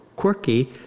quirky